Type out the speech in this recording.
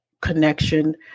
connection